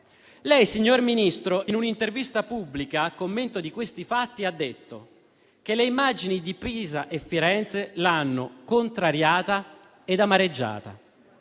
Lei, signor Ministro, in un'intervista pubblica a commento di questi fatti ha detto che le immagini di Pisa e Firenze l'hanno contrariata e amareggiata.